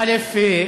א.